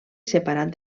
separat